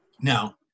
Now